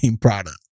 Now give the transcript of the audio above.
product